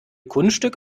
kunststück